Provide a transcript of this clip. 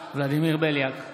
ולדימיר בליאק,